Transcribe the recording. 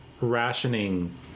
rationing